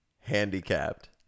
handicapped